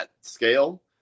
scale